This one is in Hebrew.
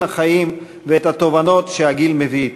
החיים ואת התובנות שהגיל מביא אתו.